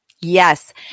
Yes